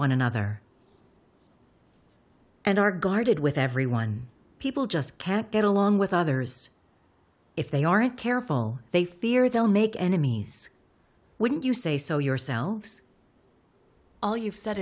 one another and are guarded with everyone people just can't get along with others if they aren't careful they fear they'll make enemies wouldn't you say so yourselves all you've s